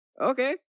okay